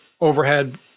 overhead